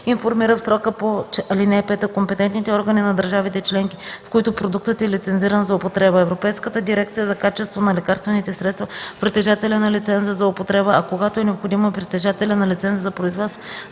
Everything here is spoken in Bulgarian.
информира в срока по ал. 5 компетентните органи на държавите членки, в които продуктът е лицензиран за употреба, Европейската дирекция за качество на лекарствените средства, притежателя на лиценза за употреба, а когато е необходимо и притежателя на лиценза за производство,